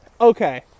Okay